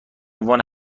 عنوان